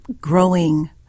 growing